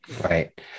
Right